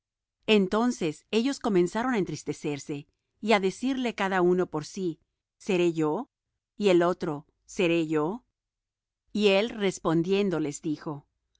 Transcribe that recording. entonces ellos comenzaron á entristecerse y á decirle cada uno por sí seré yo y el otro seré yo y él respondiendo les dijo